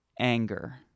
anger